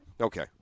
Okay